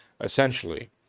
essentially